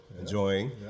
enjoying